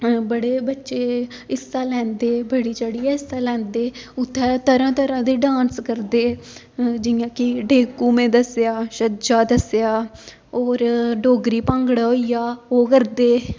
बड़े बच्चे हिस्सा लैंदे बड़ी चढ़ियै हिस्सा लैंदे उत्थै तरह तरह दे डान्स करदे जियां कि डेकू में दस्सेआ छज्जा दस्सेआ होर डोगरी भांगड़ा होई गेआ ओह् करदे